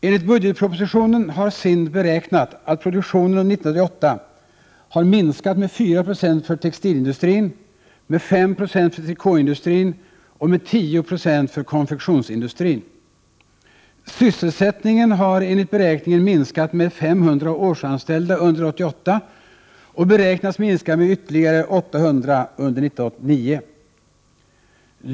Enligt budgetpropositionen har SIND beräknat att produktionen under 1988 har minskat med 4 96 för textilindustrin, med 5 96 för trikåindustrin och med 10 9o för konfektionsindustrin. Sysselsättningen har enligt beräkningen minskat med 500 årsanställda under 1988 och beräknas minska med ytterligare 800 under 1989.